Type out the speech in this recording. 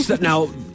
Now